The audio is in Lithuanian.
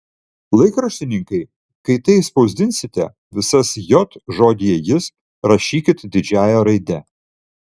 laikraštininkai kai tai spausdinsite visas j žodyje jis rašykit didžiąja raide